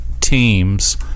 teams